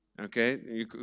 Okay